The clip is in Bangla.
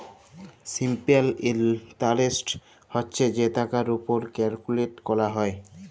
সিম্পল ইলটারেস্ট হছে যে টাকার উপর ক্যালকুলেট ক্যরা হ্যয়